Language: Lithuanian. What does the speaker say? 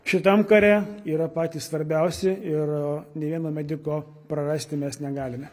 šitam kare yra patys svarbiausi ir nė vieno mediko prarasti mes negalime